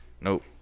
Nope